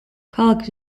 ქალაქის